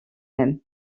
même